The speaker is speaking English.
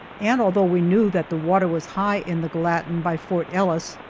and although we knew that the water was high in the gallatin by fort ellis,